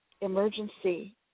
emergency